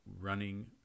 running